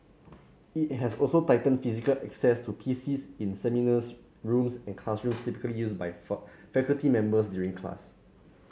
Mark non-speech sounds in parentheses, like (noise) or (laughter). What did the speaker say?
it has also tightened physical access to PCs in seminars rooms and classrooms typically used by (unintelligible) faculty members during class